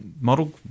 model